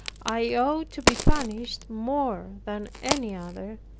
i ought to be punished more than any other,